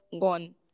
gone